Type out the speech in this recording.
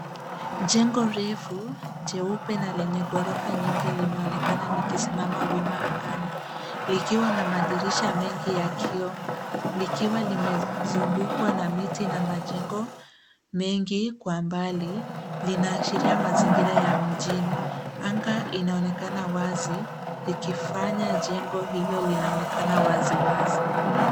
Jengo refu jeupe na lenye ghorofa nyingi limeonekana likisimama wima angani likiwa na madirisha mengi ya kioo, likiwa limezungukwa na miti na majengo mengi kwa mbali linaashiria mazingira ya mjini. Anga inaonekana wazi ikifanya jengo hilo linaonekana waziwazi.